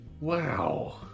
Wow